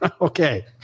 okay